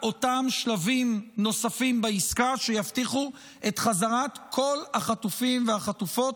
אותם שלבים נוספים בעסקה שיבטיחו את חזרת כל החטופים והחטופות,